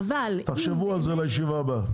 תחשבו על זה לישיבה הבאה.